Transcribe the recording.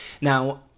Now